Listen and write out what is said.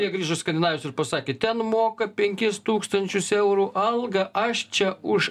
jie grįžo iš skandinavijos ir pasakė ten moka penkis tūkstančius eurų algą aš čia už